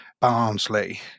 Barnsley